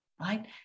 right